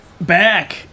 back